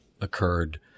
occurred